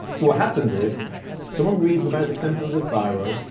so what happens is someone reads about the symptoms of thyroid,